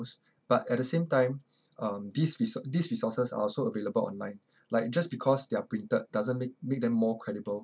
but at the same time um these resou~ these resources are also available online like just because they are printed doesn't make make them more credible